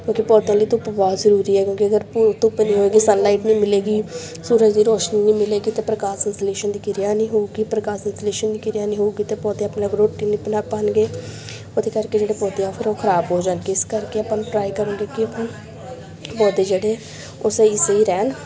ਕਿਉਂਕਿ ਪੌਦਿਆਂ ਲਈ ਧੁੱਪ ਬਹੁਤ ਜ਼ਰੂਰੀ ਹੈ ਕਿਉਂਕਿ ਅਗਰ ਧੁੱਪ ਨਹੀਂ ਹੋਵੇਗੀ ਸੰਨ ਲਾਈਟ ਨਹੀਂ ਮਿਲੇਗੀ ਸੂਰਜ ਦੀ ਰੋਸ਼ਨੀ ਨਹੀਂ ਮਿਲੇਗੀ ਤਾਂ ਪ੍ਰਕਾਸ਼ ਸੰਸਲੇਸ਼ਨ ਦੀ ਕਿਰਿਆ ਨਹੀਂ ਹੋਊਗੀ ਪ੍ਰਕਾਸ਼ ਸੰਸਲੇਸ਼ਨ ਦੀ ਕਿਰਿਆ ਨਹੀਂ ਹੋਊਗੀ ਤਾਂ ਪੌਦੇ ਆਪਣਾ ਰੋਟੀ ਨਹੀਂ ਬਣਾ ਪਾਉਣਗੇ ਉਹਦੇ ਕਰਕੇ ਜਿਹੜੇ ਪੌਦੇ ਆ ਉਹ ਫਿਰ ਉਹ ਖਰਾਬ ਹੋ ਜਾਣਗੇ ਇਸ ਕਰਕੇ ਆਪਾਂ ਨੂੰ ਟਰਾਈ ਕਰੋਗੇ ਕਿ ਆਪਾਂ ਪੌਦੇ ਜਿਹੜੇ ਉਹ ਸਹੀ ਸਹੀ ਰਹਿਣ